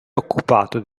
occupato